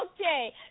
okay